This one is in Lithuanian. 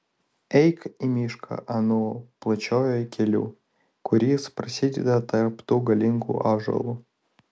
eik į mišką anuo plačiuoju keliu kuris prasideda tarp tų galingų ąžuolų